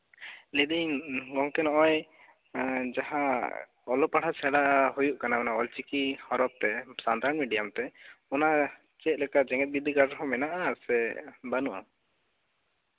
ᱞᱟᱹᱭᱫᱟᱹᱧ ᱜᱚᱢᱠᱮ ᱱᱚᱜᱼᱚᱭ ᱡᱟᱦᱟᱸ ᱚᱞᱚᱜ ᱯᱟᱲᱦᱟᱜ ᱥᱮᱬᱟ ᱦᱩᱭᱩᱜ ᱠᱟᱱᱟ ᱚᱱᱟ ᱚᱞᱪᱤᱠᱤ ᱦᱚᱨᱚᱯᱷ ᱛᱮ ᱥᱟᱱᱛᱟᱲᱤ ᱢᱤᱰᱤᱭᱟᱢᱛᱮ ᱚᱱᱟ ᱪᱮᱫ ᱞᱮᱠᱟ ᱡᱮᱜᱮᱛ ᱵᱤᱫᱽᱫᱟᱹᱜᱟᱲ ᱨᱮᱦᱚᱸ ᱢᱮᱱᱟᱜᱼᱟ ᱥᱮ ᱵᱟᱹᱱᱩᱜᱼᱟ